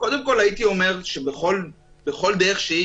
קודם כול הייתי אומר: בכל דרך שהיא